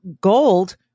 gold